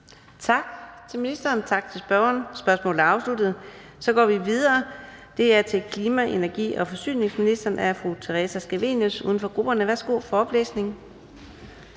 Tak til ministeren, og tak til spørgeren. Spørgsmålet er afsluttet. Så går vi videre med et spørgsmål til klima-, energi- og forsyningsministeren af fru Theresa Scavenius, uden for grupperne. Kl. 13:33 Spm. nr.